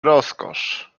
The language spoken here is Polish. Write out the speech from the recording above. rozkosz